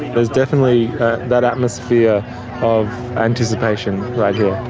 there's definitely that atmosphere of anticipation right here,